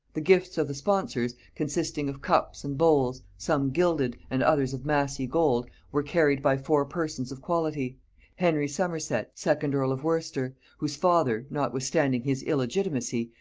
the gifts of the sponsors, consisting of cups and bowls, some gilded, and others of massy gold, were carried by four persons of quality henry somerset second earl of worcester, whose father, notwithstanding his illegitimacy,